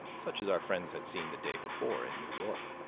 such as our friends had seen the day before in new york.